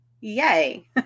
Yay